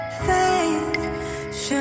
faith